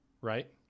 right